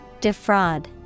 Defraud